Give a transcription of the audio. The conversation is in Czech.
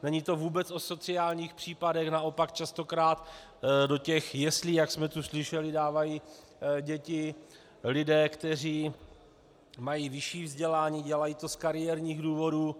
Není to vůbec o sociálních případech, naopak častokrát do těch jeslí, jak jsme tu slyšeli, dávají děti lidé, kteří mají vyšší vzdělání, dělají to z kariérních důvodů.